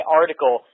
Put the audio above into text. article